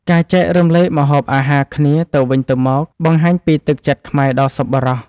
ការចែករំលែកម្ហូបអាហារគ្នាទៅវិញទៅមកបង្ហាញពីទឹកចិត្តខ្មែរដ៏សប្បុរស។